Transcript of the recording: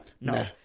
No